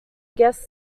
guest